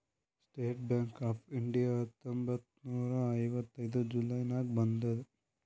state Bank of India ಹತ್ತೊಂಬತ್ತ್ ನೂರಾ ಐವತ್ತೈದು ಜುಲೈ ನಾಗ್ ಬಂದುದ್